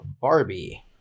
Barbie